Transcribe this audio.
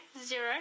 zero